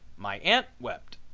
my aunt wept,